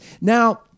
Now